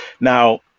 now